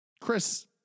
Chris